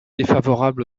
défavorable